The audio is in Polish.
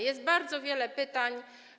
Jest bardzo wiele pytań.